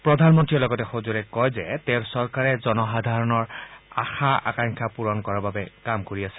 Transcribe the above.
প্ৰধানমন্ত্ৰীয়ে লগতে সজোৰে কয় যে তেওঁৰ চৰকাৰে জনসাধাৰণ আশা আকংক্ষা পূৰণ কৰাৰ বাবে কাম কৰি আছে